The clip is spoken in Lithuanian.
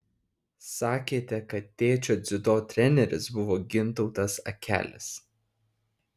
sakėte kad tėčio dziudo treneris buvo gintautas akelis